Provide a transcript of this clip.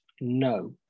no